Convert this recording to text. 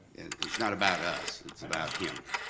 it's not about us, it's about him,